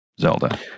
Zelda